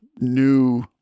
new